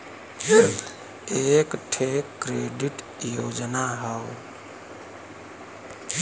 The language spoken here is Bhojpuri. एक ठे क्रेडिट योजना हौ